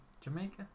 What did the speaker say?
Jamaica